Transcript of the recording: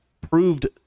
proved